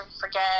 forget